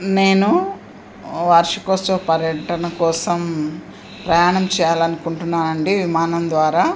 నేను వార్షికోత్సవ పర్యటన కోసం ప్రయాణం చేయాలనుకుంటున్నానండి విమానం ద్వారా